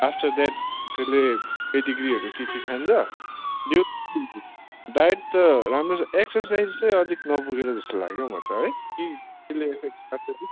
after that त्यसले पेडिग्रीहरू के के खान्छ डायट त राम्रै छ एक्सरसाइज चाहिँ अलिक नपुगेको जस्तो लाग्यो म त है कि त्यसले इफेक्ट् पार्छ कि